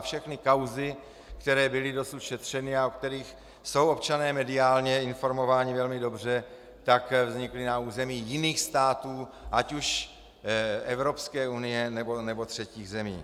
Všechny kauzy, které byly dosud šetřeny a o kterých jsou občané mediálně informováni velmi dobře, tak vznikly na území jiných států, ať už Evropské unie, nebo třetích zemí.